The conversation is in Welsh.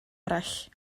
arall